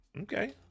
Okay